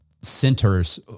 centers